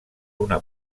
una